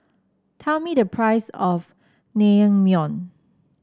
tell me the price of Naengmyeon